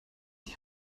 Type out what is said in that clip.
die